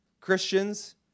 Christians